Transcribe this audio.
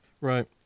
Right